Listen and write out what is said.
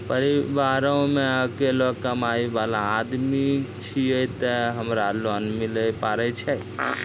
परिवारों मे अकेलो कमाई वाला आदमी छियै ते हमरा लोन मिले पारे छियै?